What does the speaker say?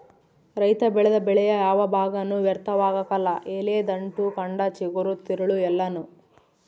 ರೈತ ಬೆಳೆದ ಬೆಳೆಯ ಯಾವ ಭಾಗನೂ ವ್ಯರ್ಥವಾಗಕಲ್ಲ ಎಲೆ ದಂಟು ಕಂಡ ಚಿಗುರು ತಿರುಳು ಎಲ್ಲಾನೂ